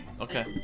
Okay